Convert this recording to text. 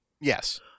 Yes